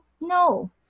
No